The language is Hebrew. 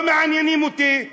לא מעניינים אותי.